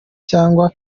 cyangwa